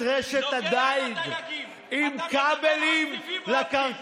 16 ספינות משליכות את רשת הדיג עם כבלים לקרקעית,